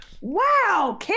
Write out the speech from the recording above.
Wow